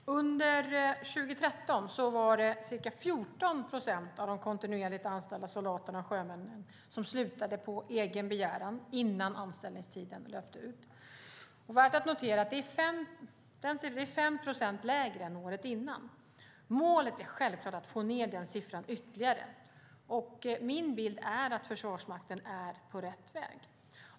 Fru talman! Under 2013 var det ca 14 procent av de kontinuerligt anställda soldaterna och sjömännen som slutade på egen begäran innan anställningstiden hade löpt ut. Värt att notera är att det är 5 procent färre än året innan. Målet är självklart att få ned siffran ytterligare, och min bild är att Försvarsmakten är på rätt väg.